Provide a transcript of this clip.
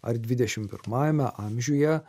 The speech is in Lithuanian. ar dvidešimt pirmajame amžiuje